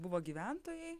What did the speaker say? buvo gyventojai